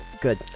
Good